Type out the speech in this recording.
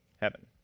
Heaven